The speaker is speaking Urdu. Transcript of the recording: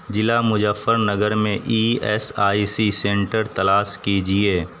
ضلع مظفر نگر میں E S I C centre تلاش کیجیے